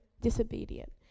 disobedient